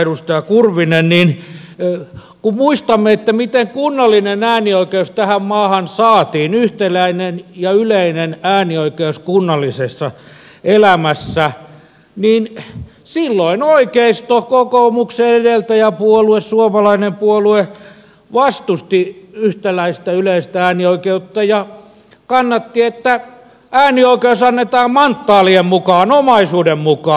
edustaja kurvinen täällä paikalla kun muistamme miten kunnallinen äänioikeus tähän maahan saatiin yhtäläinen ja yleinen äänioikeus kunnallisessa elämässä niin silloin oikeisto kokoomuksen edeltäjäpuolue suomalainen puolue vastusti yhtäläistä yleistä äänioikeutta ja kannatti että äänioikeus annetaan manttaalien mukaan omaisuuden mukaan